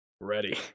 ready